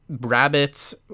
rabbits